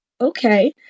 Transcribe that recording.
okay